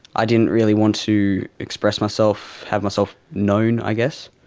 i didn't really want to express myself, have myself known i guess.